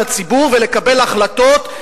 לציבור ולקבל החלטות,